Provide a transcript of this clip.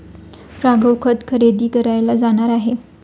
राघव खत खरेदी करायला जाणार आहे